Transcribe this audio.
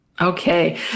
Okay